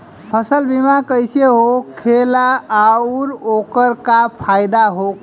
फसल बीमा कइसे होखेला आऊर ओकर का फाइदा होखेला?